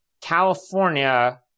California